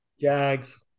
Jags